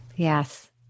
Yes